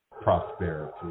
prosperity